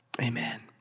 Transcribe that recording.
Amen